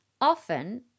often